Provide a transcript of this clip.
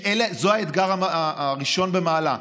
זה האתגר הראשון במעלה,